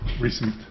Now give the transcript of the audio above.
recent